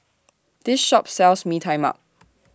This Shop sells Mee Tai Mak